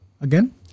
Again